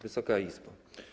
Wysoka Izbo!